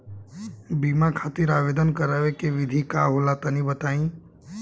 बीमा खातिर आवेदन करावे के विधि का होला तनि बताईं?